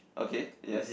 okay yes